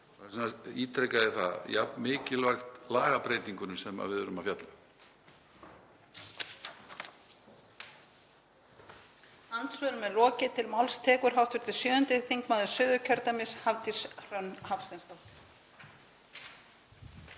það, jafn mikilvægt lagabreytingunni sem við erum að fjalla